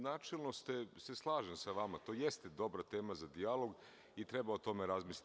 Načelno se slažem sa vama, to jeste dobra tema za dijalog i treba o tome razmisliti.